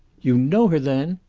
you know her, then?